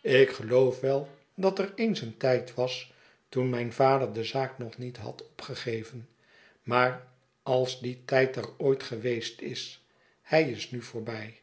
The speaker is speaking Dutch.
ik geloof wel dat er eens een tijd was toen mijn vader de zaak nog niet had opgegeven maar als die tijd er ooit geweest is hij is nu voorbij